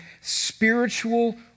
spiritual